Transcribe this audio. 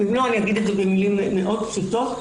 ואם לא אגיד את זה במילים פשוטות מאוד: